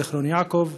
זיכרון-יעקב,